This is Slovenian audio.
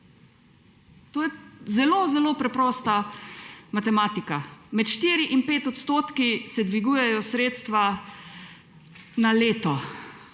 To je zelo zelo preprosta matematika. Med 4 in 5 % se dvigujejo sredstva na leto,